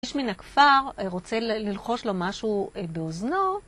איש מן הכפר רוצה ללחוש לו משהו באוזנו.